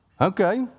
Okay